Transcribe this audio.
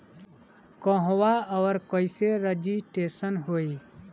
कहवा और कईसे रजिटेशन होई?